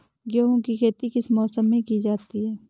गेहूँ की खेती किस मौसम में की जाती है?